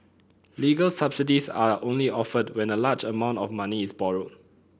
legal subsidies are only offered when a large amount of money is borrowed